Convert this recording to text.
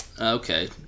Okay